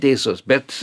teisus bet